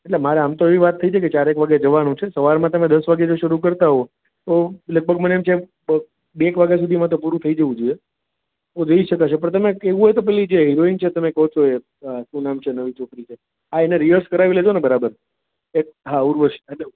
એટલે મારે આમ તો એવી વાત થઈ તી ત્યારે ચાર એક વાગ્યે જવાનું છે સવારમાં તમે દસ વાગ્યે જો શરૂ કરતાં હોવ તો લગભગ મને જેમ બે એક વાગ્યા સુધીમાં તો પૂરું થઈ જવું થઈ જવું જોઈએ હું રઈ શકાશે પણ તમે એવું હોય તો પેલી જે હિરોઈન છે તમે કો છો એ શું નામ છે નવી છોકરી છે આ એને રીઆઝ કરાવી લેજો ને બરાબર એક હા ઉર્વશી હા